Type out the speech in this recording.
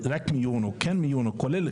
רק מיון או כן מיון או כולל,